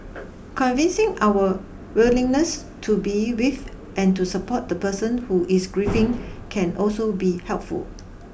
convincing our willingness to be with and to support the person who is grieving can also be helpful